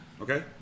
Okay